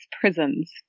prisons